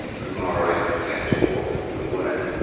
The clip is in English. because moral rights are attached to authors of the work.